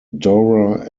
dora